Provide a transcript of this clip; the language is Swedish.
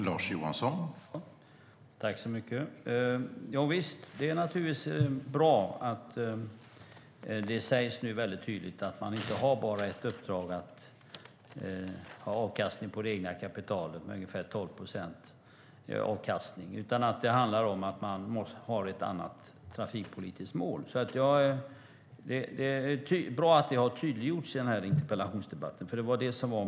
Herr talman! Det är naturligtvis bra att det nu sägs mycket tydligt att man inte bara har ett uppdrag att få avkastning på det egna kapitalet - en avkastning på ungefär 12 procent - utan att det handlar om att man har ett trafikpolitiskt mål. Det är bra att det har tydliggjorts i denna interpellationsdebatt.